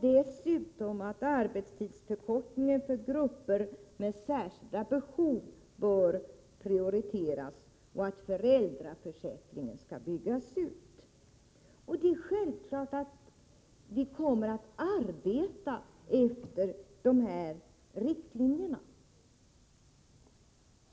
Dessutom bör arbetstidsförkortningen prioriteras för grupper med särskilda behov och föräldraförsäkringen byggas ut. Det är självklart att vi kommer att arbeta efter de här riktlinjerna.